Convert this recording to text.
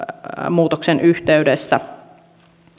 muutoksen yhteydessä